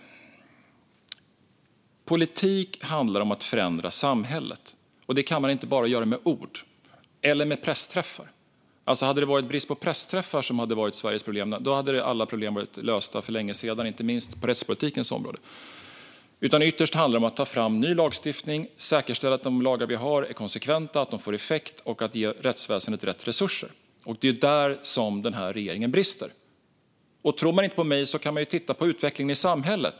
Politik handlar om att förändra samhället, och det kan man inte göra med bara ord eller pressträffar. Hade det varit brist på pressträffar som hade varit Sveriges problem hade alla problem varit lösta för länge sedan, inte minst på rättspolitikens område. Ytterst handlar det om att ta fram ny lagstiftning och säkerställa att de lagar vi har är konsekventa och får effekt och om att ge rättsväsendet rätt resurser. Det är där som regeringen brister. Tror man inte på mig kan man titta på utvecklingen i samhället.